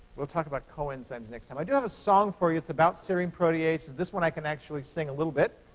we'll talk about coenzymes next time. i do have a song for you. it's about serine proteases. this one i can actually sing a little bit,